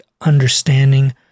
understanding